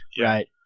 Right